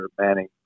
Manning